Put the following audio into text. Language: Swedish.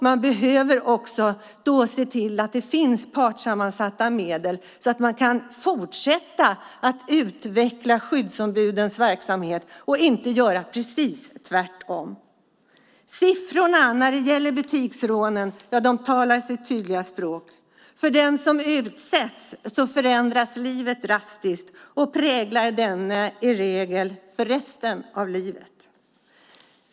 Man behöver också se till att det finns partssammansatta medel, så att man kan fortsätta att utveckla skyddsombudens verksamhet och inte göra precis tvärtom. Siffrorna när det gäller butiksrånen talar sitt tydliga språk. För den som utsätts förändras livet drastiskt, och rånet präglar i regel denne för resten av livet.